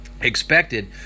expected